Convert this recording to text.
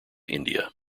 india